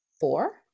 four